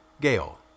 Gale